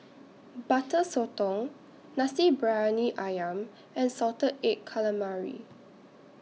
Butter Sotong Nasi Briyani Ayam and Salted Egg Calamari